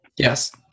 Yes